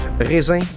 Raisin